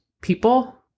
people